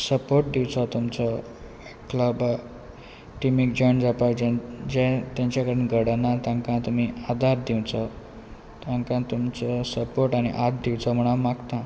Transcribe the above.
support दिवचो तुमचो club टिमीक जॉयन जावपाक जे जे तांचे कडेन घडना तांकां तुमी आदार दिवचो तांकां तुमचो सपोर्ट आनी हाथ दिवचो म्हण हांव मागतां